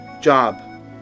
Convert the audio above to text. job